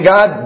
God